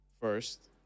first